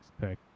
pick